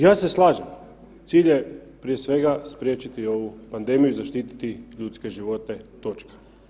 Ja se slažem, cilj je prije svega spriječiti ovu pandemiju i zaštiti ljudske živote i točka.